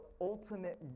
ultimate